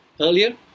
earlier